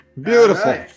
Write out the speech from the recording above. Beautiful